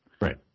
Right